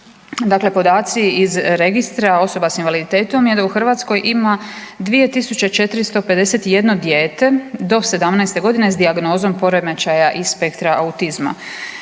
Dakle, podaci iz registra osoba s invaliditetom je da u Hrvatskoj ima 2 tisuće 451 dijete do 17. godine s dijagnozom poremećaja iz spektra autizma.